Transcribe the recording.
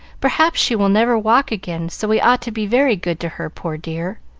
perhaps she will never walk again, so we ought to be very good to her, poor dear.